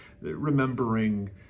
remembering